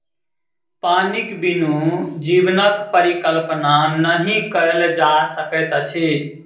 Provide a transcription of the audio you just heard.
पानिक बिनु जीवनक परिकल्पना नहि कयल जा सकैत अछि